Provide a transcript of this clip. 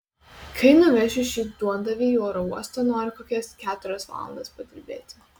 kai nuvešiu šį duondavį į oro uostą noriu kokias keturias valandas padirbėti